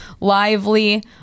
Lively